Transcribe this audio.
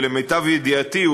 ולמיטב ידיעתי,